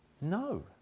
No